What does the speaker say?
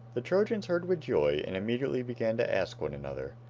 the trojans heard with joy and immediately began to ask one another,